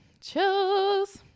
Chills